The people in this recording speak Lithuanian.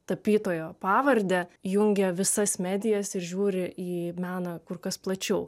tapytojo pavarde jungia visas medijas ir žiūri į meną kur kas plačiau